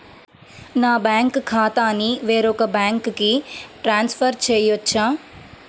నా బ్యాంక్ ఖాతాని వేరొక బ్యాంక్కి ట్రాన్స్ఫర్ చేయొచ్చా?